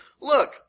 look